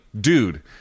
dude